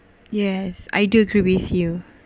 yes I do agree with you